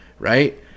Right